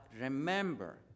remember